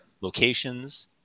locations